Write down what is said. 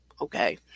Okay